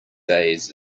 days